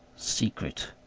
secret,